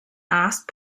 asked